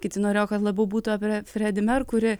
kiti norėjo kad labiau būtų apie fredį merkurį